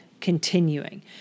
continuing